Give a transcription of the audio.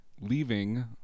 Leaving